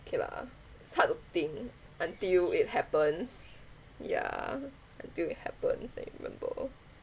K lah it's hard to think until it happens ya until it happens then you remember